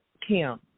Kim